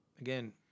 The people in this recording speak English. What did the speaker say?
again